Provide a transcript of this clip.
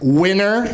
winner